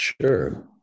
sure